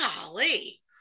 Golly